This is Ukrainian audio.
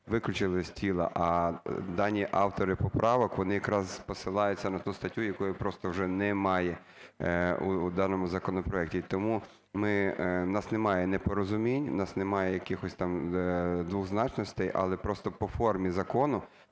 виключили з тіла, а дані автори поправок, вони якраз посилаються на ту статтю, якої просто вже немає в даному законопроекті. Тому ми… в нас немає непорозумінь, в нас немає якихось там двозначностей, але просто по формі закону